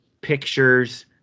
pictures